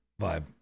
vibe